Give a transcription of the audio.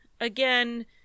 again